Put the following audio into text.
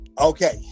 Okay